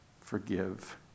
forgive